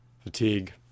fatigue